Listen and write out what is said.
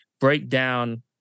breakdown